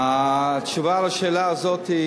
התשובה על השאלה הזאת,